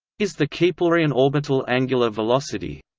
is the keplerian orbital angular velocity,